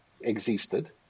existed